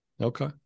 Okay